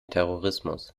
terrorismus